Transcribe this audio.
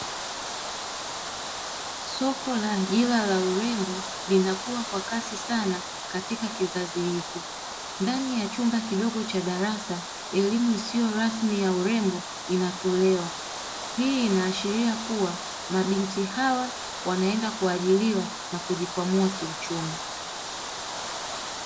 Soko la ajira ya urembo linakuwa kwa kasi sana katika kizazi hiki. Ndani ya chumba kidogo cha darasa, elimu isiyo rasmi ya urembo inatolewa. Hii inaashiria kuwa mabinti hawa wanaenda kuajiriwa na kujikwamua kiuchumi.